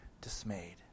dismayed